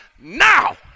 now